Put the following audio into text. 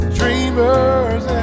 dreamers